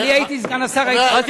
אני הייתי סגן השר, לא, לא.